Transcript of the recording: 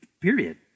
period